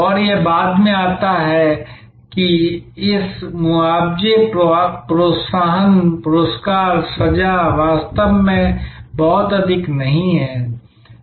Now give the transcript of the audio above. और यह बाद में आता है इस मुआवजे प्रोत्साहन पुरस्कार सजा वास्तव में बहुत अधिक नहीं है